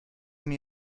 mir